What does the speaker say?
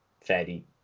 fairly